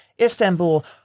istanbul